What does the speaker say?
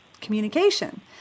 communication